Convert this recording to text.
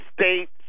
States